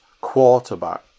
quarterback